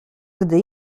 gdy